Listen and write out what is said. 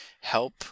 help